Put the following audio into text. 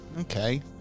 Okay